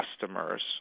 customers